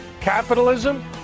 capitalism